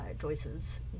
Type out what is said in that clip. Joyce's